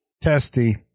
Testy